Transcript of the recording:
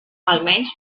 almenys